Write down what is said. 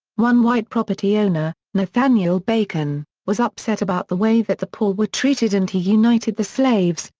one white property owner, nathaniel bacon, was upset about the way that the poor were treated and he united the slaves,